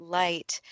light